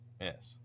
Yes